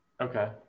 Okay